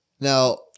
Now